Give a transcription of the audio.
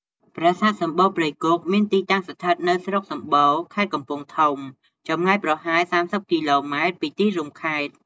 ប្រាសាទសំបូរព្រៃគុក មានទីតាំង ស្ថិតនៅស្រុកសំបូរ ខេត្តកំពង់ធំ ចម្ងាយប្រហែល ៣០ គីឡូម៉ែត្រពីទីរួមខេត្ត។